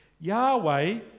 Yahweh